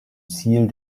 ziel